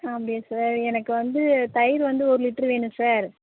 அப்படியா சார் எனக்கு வந்து தயிர் வந்து ஒரு லிட்ரு வேணும் சார்